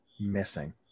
missing